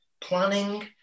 planning